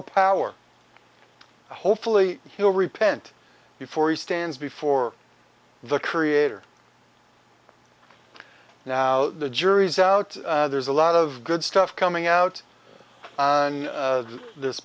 of power hopefully he will repent before he stands before the creator now the jury's out there's a lot of good stuff coming out on this